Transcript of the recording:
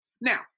Now